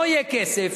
לא יהיה כסף.